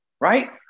right